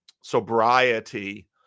sobriety